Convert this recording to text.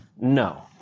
no